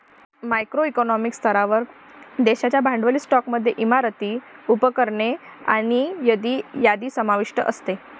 macro economic स्तरावर, देशाच्या भांडवली स्टॉकमध्ये इमारती, उपकरणे आणि यादी समाविष्ट असते